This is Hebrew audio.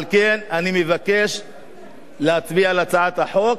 על כן, אני מבקש להצביע על הצעת החוק,